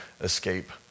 escape